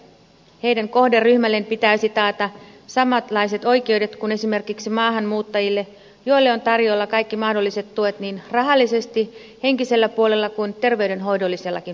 heidän kohderyhmälleen pitäisi taata samanlaiset oikeudet kuin esimerkiksi maahanmuuttajille joille on tarjolla kaikki mahdolliset tuet niin rahallisesti henkisellä puolella kuin terveydenhoidollisellakin puolella